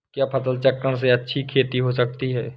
क्या फसल चक्रण से अच्छी खेती हो सकती है?